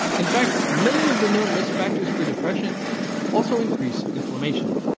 in fact, many of the known risk factors for depression also increase inflammation